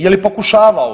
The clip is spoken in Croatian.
Je li pokušavao?